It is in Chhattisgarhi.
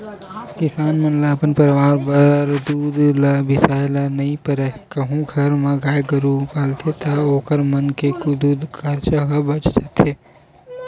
किसान मन ल अपन परवार बर दूद ल बिसाए ल नइ परय कहूं घर म गाय गरु पालथे ता ओखर मन के दूद के खरचा ह बाच जाथे